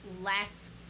less